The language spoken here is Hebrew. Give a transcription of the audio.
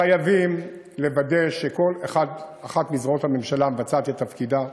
חייבים לוודא שכל אחת מזרועות הממשלה מבצעת את תפקידה.